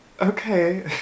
okay